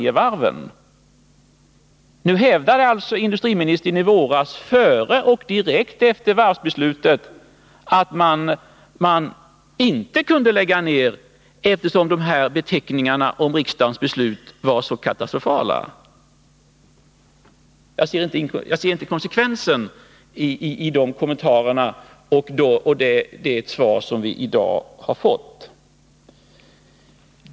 Men före och direkt efter varvsbeslutet hävdade industriministern att man inte kunde lägga ned Öresundsvarvet om riksdagen beslutade att ha det kvar. Det visar också de ord som industriministern använde för att beteckna hur katastrofalt riksdagens beslut var. Jag ser inte konsekvensen i de kommentarerna och det svar som vi i dag har fått.